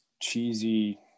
cheesy